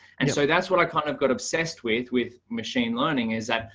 and so that's what i kind of got obsessed with, with machine learning is that,